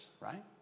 Right